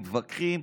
מתווכחים,